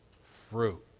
fruit